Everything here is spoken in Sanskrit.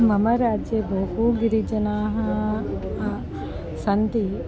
मम राज्ये बहुविधजनाः सन्ति